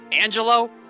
Angelo